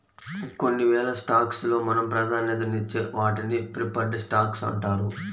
కొన్ని వేల స్టాక్స్ లో మనం ప్రాధాన్యతనిచ్చే వాటిని ప్రిఫర్డ్ స్టాక్స్ అంటారు